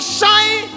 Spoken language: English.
shine